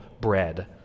bread